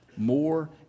More